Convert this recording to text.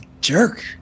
jerk